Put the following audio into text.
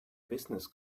business